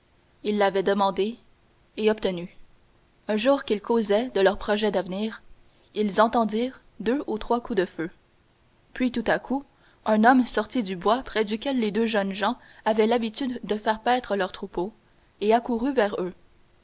ils l'avaient demandée et obtenue un jour qu'ils causaient de leur projet d'avenir ils entendirent deux ou trois coups de feu puis tout à coup un homme sortit du bois près duquel les deux jeunes gens avaient l'habitude de faire paître leurs troupeaux et accourut vers eux